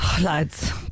lads